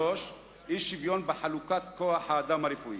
3. אי-שוויון בחלוקת כוח-האדם הרפואי,